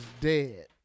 dead